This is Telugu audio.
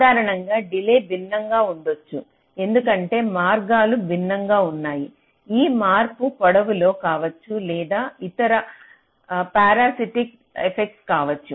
సాధారణంగా డిలే భిన్నంగా ఉండొచ్చు ఎందుకంటే మార్గాలు భిన్నంగా ఉన్నాయి అ మార్పు పొడవులో కావచ్చు లేదా ఇతర పారాసిటిక్ ఎఫెక్ట్స్ కావచ్చు